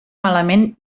malament